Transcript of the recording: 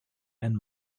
and